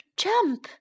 jump